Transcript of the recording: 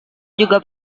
juga